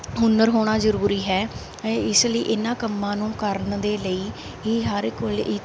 ਹੁਨਰ ਹੋਣਾ ਜ਼ਰੂਰੀ ਹੈ ਇਸ ਲਈ ਇਹਨਾਂ ਕੰਮਾਂ ਨੂੰ ਕਰਨ ਦੇ ਲਈ ਹੀ ਹਰ ਕੋਲ ਇ